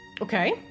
Okay